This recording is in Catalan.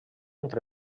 entre